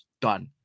done